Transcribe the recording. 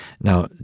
Now